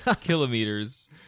kilometers